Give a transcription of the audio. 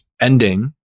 ending